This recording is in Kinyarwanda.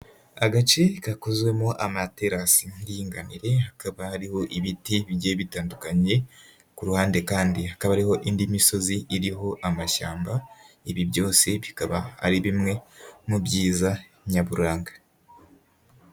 Agace gakozwemo amaterasi y'indinganire, hakaba hariho ibiti bige bitandukanye, kuruhande kandi hakaba ari indi misozi iriho amashyamba, ibi byose bikaba ari bimwe mu byiza nyaburanga.